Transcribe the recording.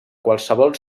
qualsevol